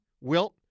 Wilt